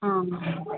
ஆ ஆமாம்